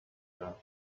her